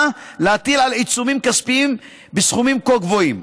להטיל עיצומים כספיים בסכומים כה גבוהים.